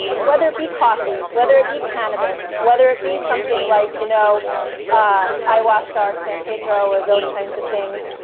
whether it be coffee, whether it be cannabis, whether it be something like you know ah ayahuasca or san pedro or those kinds of things,